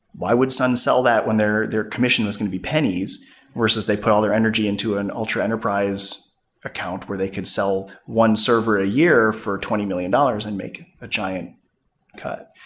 why would sun sell that when their their commission was going to be pennies versus they'd put all their energy into an ultra enterprise account where they could sell one server a year for twenty million dollars and make a giant cut?